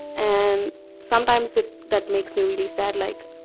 and sometimes that that makes me really sad. like,